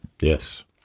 Yes